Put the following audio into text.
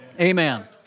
Amen